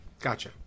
Gotcha